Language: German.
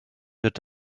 wird